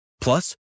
Plus